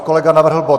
Kolega navrhl bod.